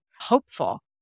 hopeful